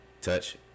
touch